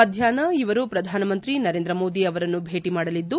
ಮಧ್ಯಾಷ್ನ ಇವರು ಪ್ರಧಾನ ಮಂತ್ರಿ ನರೇಂದ್ರ ಮೋದಿ ಅವರನ್ನು ಭೇಟ ಮಾಡಲಿದ್ದು